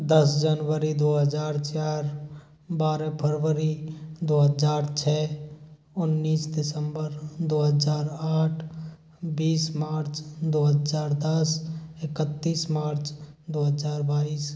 दस जनवरी दो हजार आठ बारह फरवरी दो हजार छः उन्नीस दिसंबर दो हजार आठ बीस मार्च दो हजार दस इकत्तीस मार्च दो हजार बाईस